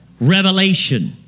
revelation